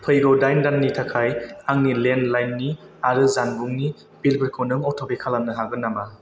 फैगौ दाइन दाननि थाखाय आंनि लेन्डलाइननि आरो जानबुंनि बिलफोरखौ नों अट'पे खालामनो हागोन नामा